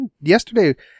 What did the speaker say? yesterday